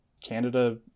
Canada